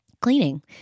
Cleaning